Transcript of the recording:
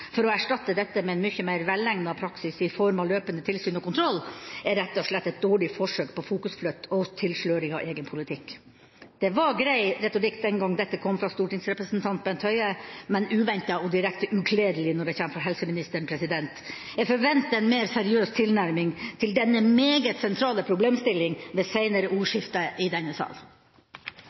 for å erstatte dette med en mye mer velegnet praksis i form av løpende tilsyn og kontroll, er rett og slett et dårlig forsøk på fokusflytt og tilsløring av egen politikk. Det var grei retorikk den gang dette kom fra stortingsrepresentant Bent Høie, men uventet og direkte ukledelig når det kommer fra helseministeren. Jeg forventer en mer seriøs tilnærming til denne meget sentrale problemstillinga ved seinere ordskifte i denne sal.